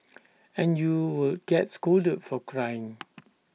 and you would get scolded for crying